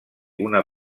una